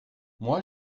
moi